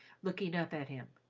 looking up at him.